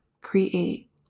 create